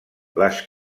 les